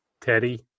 Teddy